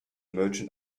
merchant